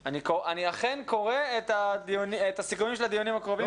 אכן קורא את הסיכומים של הדיונים הקודמים.